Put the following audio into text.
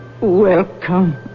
Welcome